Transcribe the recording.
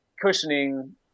cushioning